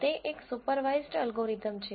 તે એક supervised algorithm છે